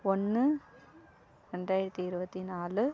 ஒன்று ரெண்டாயிரத்து இருபத்தி நாலு